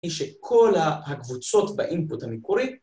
היא שכל הקבוצות באינפוט המקורי